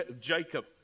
Jacob